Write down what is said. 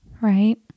right